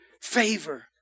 favor